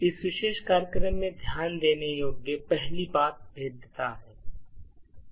इस विशेष कार्यक्रम में ध्यान देने योग्य पहली बात भेद्यता है